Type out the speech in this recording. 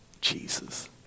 Jesus